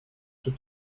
czy